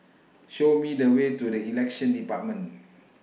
Show Me The Way to The Elections department